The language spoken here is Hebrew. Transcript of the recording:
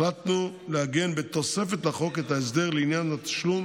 החלטנו לעגן בתוספת לחוק את ההסדר לעניין התשלום